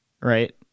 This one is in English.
right